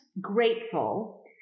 grateful